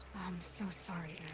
so sorry,